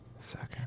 second